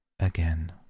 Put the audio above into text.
Again